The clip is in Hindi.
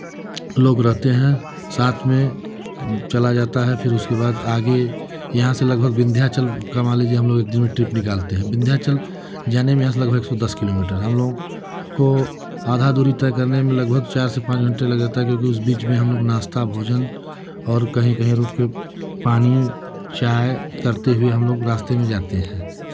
लोग रहते हैं साथ में चला जाता है फिर उसके बाद आगे यहाँ से लगभग विंध्याचल का मान लीजिए हमलोग एक दिन में ट्रिप निकालते हैं विंध्याचल जाने में यहाँ से लगभग एक सौ दस किलोमीटर है हमलोग को आधा दूरी तय करने में लगभग चार से पाँच घंटे लग जाता है क्योंकि उस बीच में हम लोग को नाश्ता भोजन और कहीं कहीं रुक के पानी चाय करते हुए हमलोग रास्ते जाते हैं